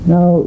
Now